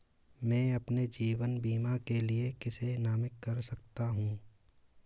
मैं अपने जीवन बीमा के लिए किसे नामित कर सकता हूं?